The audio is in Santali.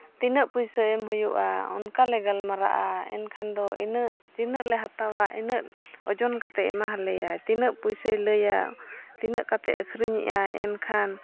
ᱛᱤᱱᱟᱹᱜ ᱯᱚᱭᱥᱟᱹ ᱮᱢ ᱦᱩᱭᱩᱜᱼᱟ ᱚᱱᱠᱟᱞᱮ ᱜᱟᱞᱢᱟᱨᱟᱜᱼᱟ ᱮᱱᱠᱷᱟᱱ ᱫᱚ ᱛᱤᱱᱟᱹᱜᱼᱞᱮ ᱦᱟᱛᱟᱣᱟ ᱤᱱᱟᱹᱜ ᱳᱡᱚᱱ ᱠᱟᱛᱮᱫ ᱮᱢᱟ ᱞᱮᱭᱟᱭ ᱛᱤᱱᱟᱹᱜ ᱯᱚᱭᱥᱟᱹ ᱞᱟᱹᱭᱟᱭ ᱛᱤᱱᱟᱹᱜ ᱠᱟᱛᱮᱫ ᱟᱹᱠᱷᱨᱤᱧᱮᱫᱟᱭ ᱮᱱᱠᱷᱟᱱ